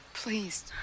Please